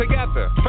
Together